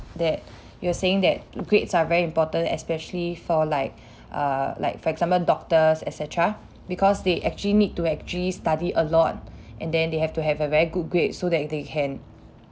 that you were saying that grades are very important especially for like uh like for example doctors et cetera because they actually need to actually study a lot and then they have to have a very good grade so that they can